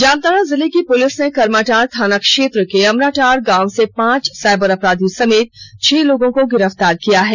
जामताड़ा जिले की पुलिस ने करमाटांड़ थाना क्षेत्र के अमराटांड़ गांव से पांच साइबर अपराधी समेत छह लोगों को गिरफ्तार किया है